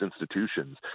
institutions